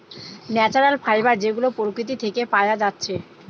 natural fibre যেগুলা প্রকৃতি থিকে পায়া যাচ্ছে